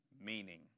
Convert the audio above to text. meaning